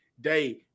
day